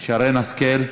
שרן השכל,